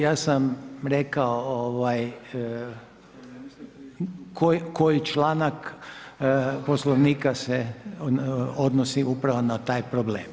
Ja sam rekao koji članak Poslovnika se odnosi upravo na taj problem.